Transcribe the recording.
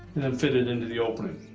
and then fit it into the opening.